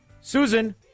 Susan